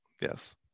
yes